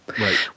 Right